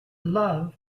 love